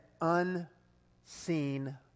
unseen